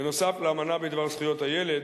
בנוסף לאמנה בדבר זכויות הילד,